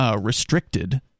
restricted